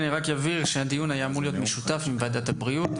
אני רק אבהיר שהדיון היה אמור להיות דיון משותף עם ועדת הבריאות.